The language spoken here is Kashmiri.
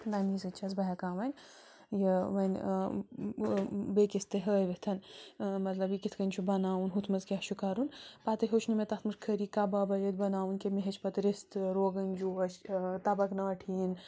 تمی سۭتی چھَس بہٕ ہیٚکان وۄنۍ یہِ وۄنۍ بیٚکِس تہِ ہٲوِتھ مطلب یہِ کِتھ کٔنۍ چھُ بَناوُن ہُتھ منٛز کیٛاہ چھُ کَرُن پتہٕ ہیٚچھ نہٕ مےٚ تَتھ منٛز خٲلی کَبابے یوت بناوٕنۍ کیٚنٛہہ مےٚ ہیٚچھ پتہٕ رستہٕ روگنجوش تَبکھ ناٹِہین